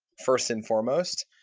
first and foremost.